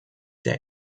der